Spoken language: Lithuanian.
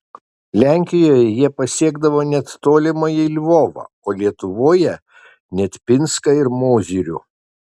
lenkijoje jie pasiekdavo net tolimąjį lvovą o lietuvoje net pinską ir mozyrių